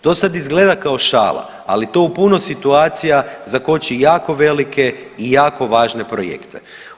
To sad izgleda kao šala, ali to u puno situacija zakoči jako velike i jako važne projekte.